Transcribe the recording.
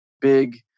big